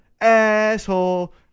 Asshole